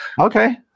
Okay